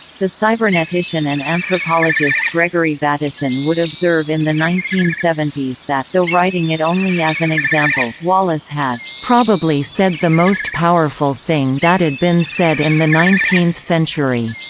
the cybernetician and anthropologist gregory bateson would observe in the nineteen seventy s that, though writing it only as an example, wallace had probably said the most powerful thing that'd been said in the nineteenth century.